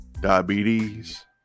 diabetes